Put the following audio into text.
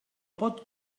pot